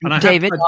David